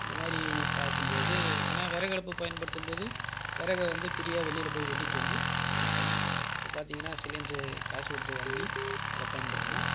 இந்த மாதிரி பார்க்கும்போது ஆனால் விறகு அடுப்பு பயன்படுத்தும்போது விறகை வந்து ஃபிரீயாக வெளியில் போய் வெட்டிகிட்டு வந்து சமைத்தோம் இப்போ பார்த்திங்கன்னா சிலிண்டர் காசு கொடுத்து வாங்கி அதை பயன்படுத்தினோம்